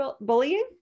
bullying